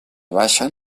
baixen